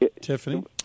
Tiffany